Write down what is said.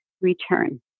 return